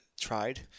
tried